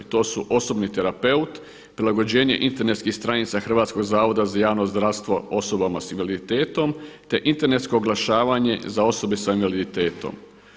To su osobni terapeut, prilagođenje internetskih stranica Hrvatskog zavoda za javno zdravstvo osobama s invaliditetom, te internetsko oglašavanje za osobe s invaliditetom.